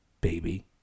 Baby